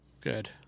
Good